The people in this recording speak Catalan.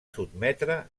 sotmetre